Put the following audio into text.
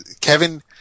Kevin